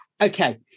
Okay